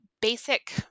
basic